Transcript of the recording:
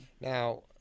now